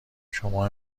شما